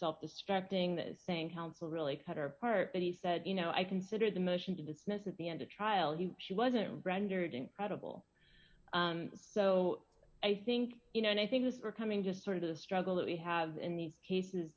self destructing this thing counsel really cut her part but he said you know i consider the motion to dismiss at the end of trial you she wasn't rendered incredible so i think you know i think this are coming just sort of the struggle that we have in these cases